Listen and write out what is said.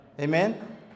Amen